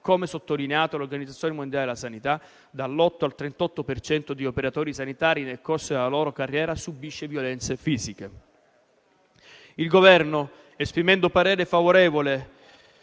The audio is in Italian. Come sottolineato dall'Organizzazione mondiale della sanità, dall'8 al 38 per cento degli operatori sanitari nel corso della loro carriera subisce violenze fisiche. Il Governo, esprimendo parere favorevole